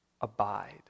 abide